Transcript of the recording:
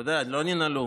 אתה יודע, לא ננעלו.